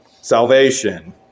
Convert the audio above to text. salvation